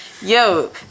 Yo